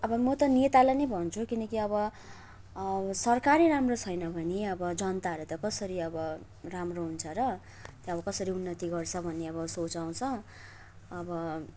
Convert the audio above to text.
अब म त नेतालाई नै भन्छु किनकि अब सरकारै राम्रो छैन भने अब जनताहरू त कसरी अब राम्रो हुन्छ र त्यहाँ अब कसरी उन्नति गर्छ भन्ने अब सोच आउँछ अब